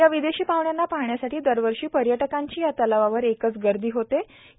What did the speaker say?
या विदेशी पाहण्यांना पाहण्यासाठी दरवर्षी पर्यटकाची या तलावावर एकच गर्दी होत असते